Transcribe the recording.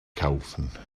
kaufen